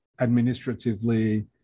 administratively